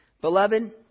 Beloved